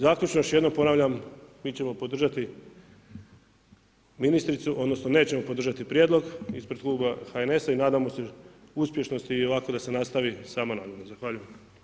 Zaključno još jednom ponavljam, mi ćemo podržati ministricu odnosno nećemo podržati prijedlog ispred kluba HNS-a i nadamo se uspješnosti i ovako da se nastavi … Zahvaljujem.